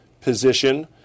position